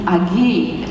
again